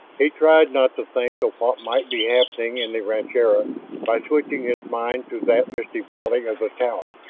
he tried not to think of what might be happening in the rancheria by switching his mind to that misty valley of the towers.